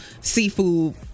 seafood